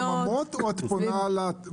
--- את פונה לחממות או את פונה לתעסוקה?